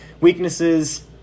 weaknesses